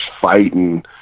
fighting